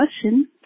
question